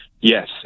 Yes